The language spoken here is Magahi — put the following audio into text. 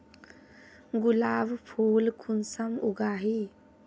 गुलाब फुल कुंसम उगाही?